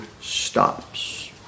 stops